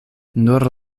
nur